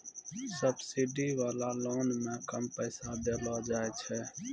subsidy वाला loan मे कम पैसा देलो जाय छै